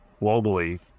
globally